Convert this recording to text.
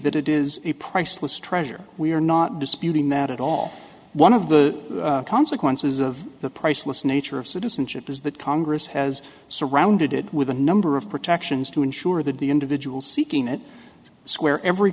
that it is a priceless treasure we are not disputing that at all one of the consequences of the priceless nature of citizenship is that congress has surrounded it with a number of protections to ensure that the individual seeking it square every